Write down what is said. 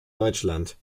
deutschland